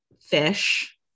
fish